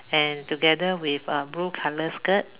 and together with a blue color skirt